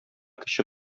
кече